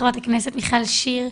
חברת הכנסת מיכל שיר.